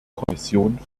kommission